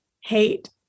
hate